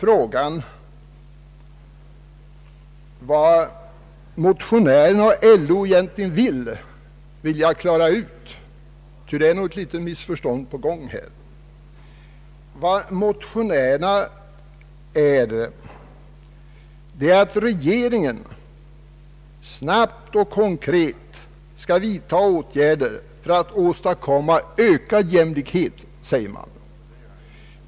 egentligen vill skall jag försöka klara ut, ty det är nog ett litet missförstånd på gång här. Vad motionärerna önskar är att regeringen snabbt och konkret skall vidta åtgärder för att åstadkomma ökad jämlikhet.